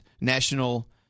national